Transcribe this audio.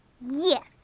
Yes